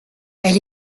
elle